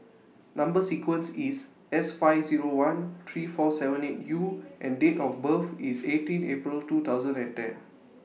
Number sequence IS S five Zero one three four seven eight U and Date of birth IS eighteen April two thousand and ten